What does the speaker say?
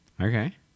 Okay